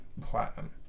Platinum